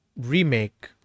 remake